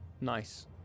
Nice